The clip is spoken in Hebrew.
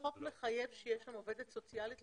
החוק מחייב שתהיה שם עובדת סוציאלית.